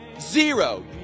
Zero